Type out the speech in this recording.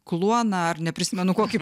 kluoną ar neprisimenu kokį